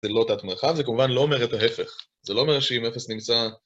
זה לא תת מרחב, זה כמובן לא אומר את ההפך. זה לא אומר שאם אפס נמצא...